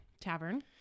Tavern